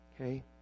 Okay